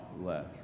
less